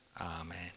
amen